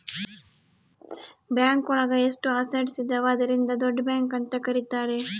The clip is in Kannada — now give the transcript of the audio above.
ಬ್ಯಾಂಕ್ ಒಳಗ ಎಷ್ಟು ಅಸಟ್ಸ್ ಇದಾವ ಅದ್ರಿಂದ ದೊಡ್ಡ ಬ್ಯಾಂಕ್ ಅಂತ ಕರೀತಾರೆ